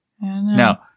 Now